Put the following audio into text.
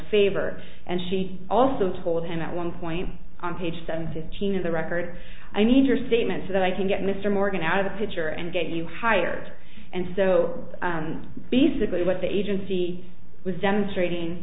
favor and she also told him at one point on page seventeen of the record i need your statement so that i can get mr morgan out of the picture and get you hired and so peaceably what the agency was demonstrating